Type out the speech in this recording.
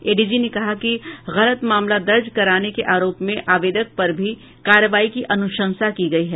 ADG ने कहा कि गलत मामला दर्ज कराने के आरोप में आवेदक पर भी कार्रवाई की अनुशंसा की गयी है